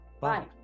Bye